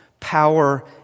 power